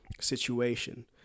situation